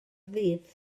ddydd